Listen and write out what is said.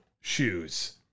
shoes